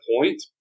point